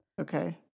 Okay